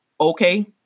Okay